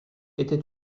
était